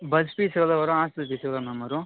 bus fees எவ்வளோ வரும் hostel fees எவ்வளோ மேம் வரும்